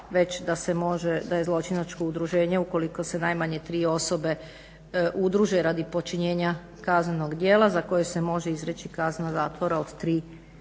može da je zločinačko udruženje ukoliko se najmanje tri osobe udruže radi počinjenja kaznenog djela za koje se može izreći kazna zatvora od 3 godine